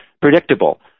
predictable